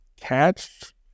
catch